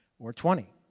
or twenty.